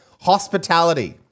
Hospitality